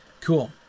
Cool